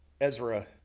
Ezra